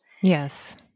Yes